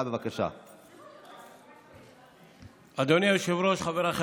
בפרק כ"א בחוק התוכנית הכלכלית (תיקוני חקיקה